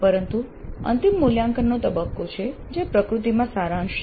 પરંતુ અંતિમ મૂલ્યાંકનનો તબક્કો છે જે પ્રકૃતિમાં સારાંશ છે